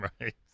Right